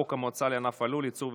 חוק המועצה לענף הלול (ייצור ושיווק)